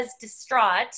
distraught